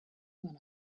one